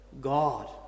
god